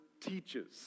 teaches